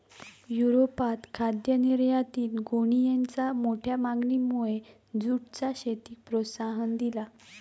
युरोपात खाद्य निर्यातीत गोणीयेंच्या मोठ्या मागणीमुळे जूटच्या शेतीक प्रोत्साहन दिला